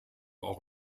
auch